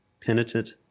penitent